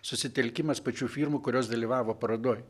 susitelkimas pačių firmų kurios dalyvavo parodoj